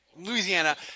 Louisiana